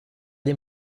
dem